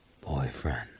boyfriend